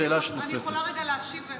שאלה נוספת.